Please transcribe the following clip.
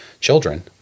children